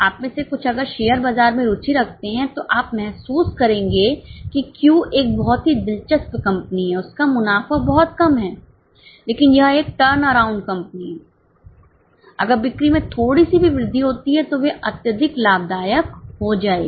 आप में से कुछ अगर शेयर बाजार में रुचि रखते हैं तो आप महसूस करेंगे कि Q एक बहुत ही दिलचस्प कंपनी है उनका मुनाफा बहुत कम है लेकिन यह एक टर्नअराउंड कंपनी है अगर बिक्री में थोड़ी सी भी वृद्धि होती है तो वे अत्यधिक लाभदायक हो जाएगी